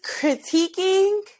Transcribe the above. critiquing